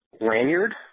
lanyard